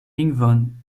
lingvon